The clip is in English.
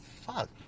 fuck